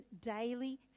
daily